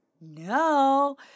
No